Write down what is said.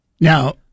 Now